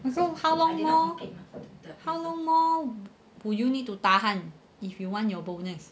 so how long more how long more would you need to tahan if you want your bonus